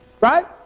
Right